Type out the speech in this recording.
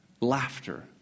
Laughter